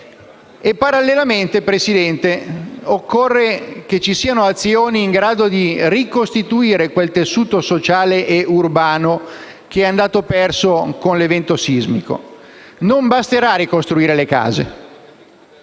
Parallelamente, signor Presidente, occorre che vi siano azioni in grado di ricostituire il tessuto sociale e urbano che è andato perso con l'evento sismico. Non basterà ricostruire le case